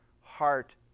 heart